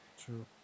true